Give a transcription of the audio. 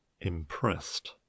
impressed